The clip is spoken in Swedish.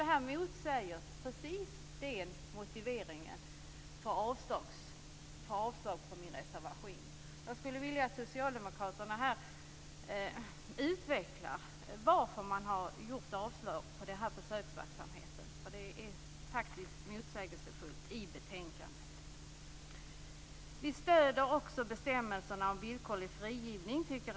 Det här motsäger motiveringen för avslag på min reservation. Jag skulle vilja att socialdemokraterna utvecklar varför man har avslagit försöksverksamheten. Det är faktiskt motsägelsefullt i betänkandet. Vi stöder också bestämmelserna om villkorlig frigivning.